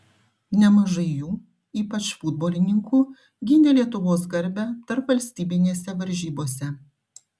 nemažai jų ypač futbolininkų gynė lietuvos garbę tarpvalstybinėse varžybose